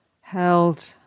held